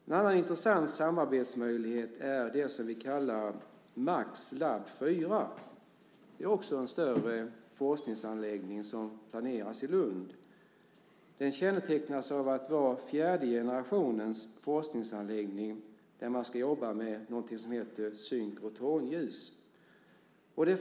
En annan intressant samarbetsmöjlighet är det vi kallar Maxlab 4. Det är också en större forskningsanläggning som planeras i Lund. Den kännetecknas av att vara fjärde generationens forskningsanläggning, och man ska där jobba med någonting som heter synkrotronljus.